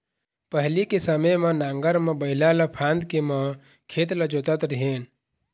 पहिली के समे म नांगर म बइला ल फांद के म खेत ल जोतत रेहेन